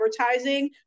advertising